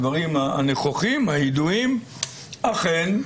אכן,